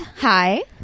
hi